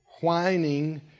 Whining